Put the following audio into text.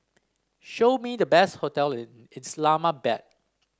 show me the best hotel in Islamabad